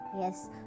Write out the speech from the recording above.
Yes